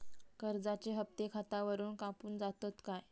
कर्जाचे हप्ते खातावरून कापून जातत काय?